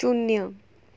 શૂન્ય